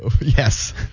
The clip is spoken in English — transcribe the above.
Yes